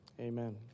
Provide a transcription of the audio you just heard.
Amen